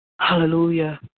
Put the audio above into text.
Hallelujah